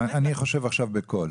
אני חושב בקול.